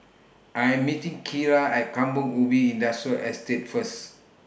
I Am meeting Keira At Kampong Ubi Industrial Estate First